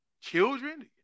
children